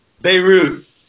Beirut